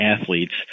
athletes